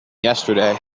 yesterday